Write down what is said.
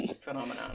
phenomenon